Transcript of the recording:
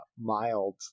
mild